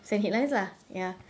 send headlines lah ya